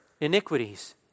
iniquities